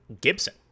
Gibson